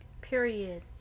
period